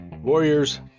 Warriors